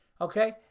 Okay